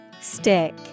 Stick